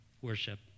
Worship